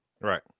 Right